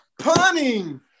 punning